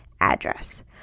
address